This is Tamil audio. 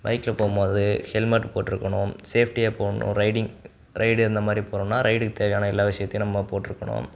பைக்கில் போகும்போது ஹெல்மெட் போட்டிருக்கணும் சேஃப்டியாக போகணும் ரைடிங் ரைடு இந்த மாதிரி போகிறோம்னா ரைடுக்கு தேவையான எல்லா விஷயத்தையும் நம்ம போட்டிருக்கணும்